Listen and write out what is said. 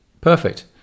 Perfect